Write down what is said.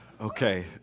Okay